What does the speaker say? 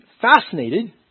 fascinated